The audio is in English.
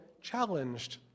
challenged